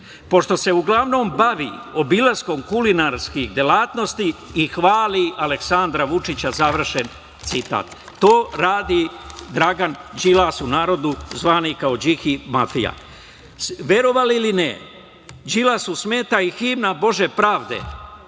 pošto se uglavnom bavi obilaskom kulinarskih delatnosti i hvali Aleksandra Vučića“. Završen citat. To radi Dragan Đilas, u narodu zvani kao Điki mafija. Verovali ili ne, Đilasu smeta i himna „Bože pravde“.